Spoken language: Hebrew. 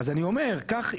אז אני אומר כך,